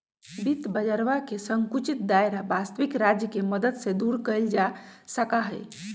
वित्त बाजरवा के संकुचित दायरा वस्तबिक राज्य के मदद से दूर कइल जा सका हई